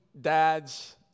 dads